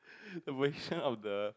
the position of the